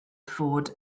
fod